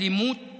אלימות